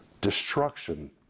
destruction